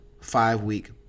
five-week